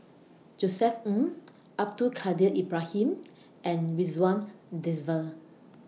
Josef Ng Abdul Kadir Ibrahim and Ridzwan Dzafir